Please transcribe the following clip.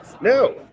No